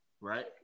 right